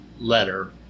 letter